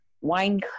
wine